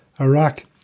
Iraq